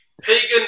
pagan